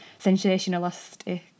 sensationalistic